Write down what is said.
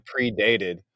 predated